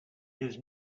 his